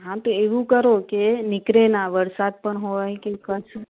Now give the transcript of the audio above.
હા તો એવું કરો કે નીકળે ના વરસાદ પણ હોય કે કશું